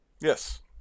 Yes